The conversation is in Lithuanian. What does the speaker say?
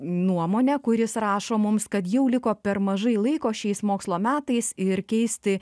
nuomonę kuris rašo mums kad jau liko per mažai laiko šiais mokslo metais ir keisti